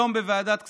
היום בוועדת הכספים,